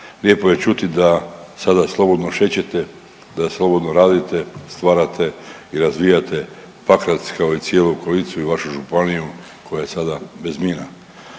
Lijepo je čuti da sada slobodno šećete, da slobodno radite, stvarate i razvijate Pakrac kao i cijelu okolicu i vašu županiju koja je sada bez mina.